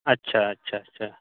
अच्छा अच्छा अच्छा